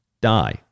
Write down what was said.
die